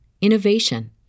innovation